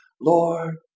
Lord